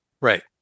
Right